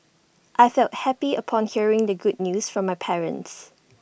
I felt happy upon hearing the good news from my parents